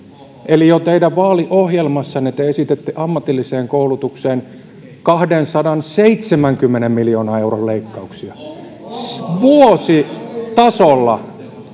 jo teidän vaaliohjelmassanne te esititte ammatilliseen koulutukseen kahdensadanseitsemänkymmenen miljoonan euron leikkauksia vuositasolla